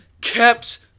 kept